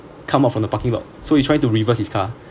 come out from the parking lot so he try to reverse his car